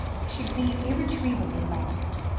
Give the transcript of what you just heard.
should be irretrievably lost.